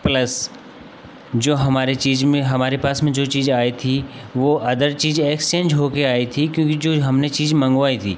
plus जो हमारे चीज़ में हमारे पास में जो चीज़ आई थी वह अदर चीज़ एक्सचेंज होकर आई थी क्योंकि जो हमने चीज़ मंगवाई थी